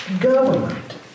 government